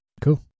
cool